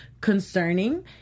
concerning